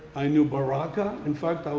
i knew baraka. in fact,